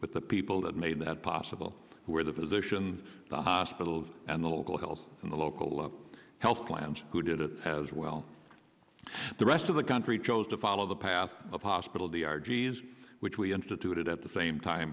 but the people that made that possible who are the physicians the hospitals and the local hills and the local health plans who did it as well the rest of the country chose to follow the path of hospital the r g s which we instituted at the same time